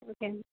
okay madam